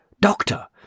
Doctor